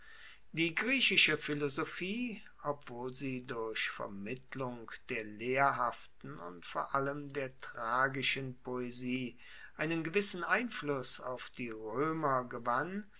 die griechische philosophie obwohl sie durch vermittlung der lehrhaften und vor allem der tragischen poesie einen gewissen einfluss auf die roemer gewann